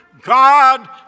God